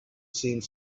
seemed